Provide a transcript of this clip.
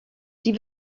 sie